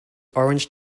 orange